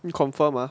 you confirm ah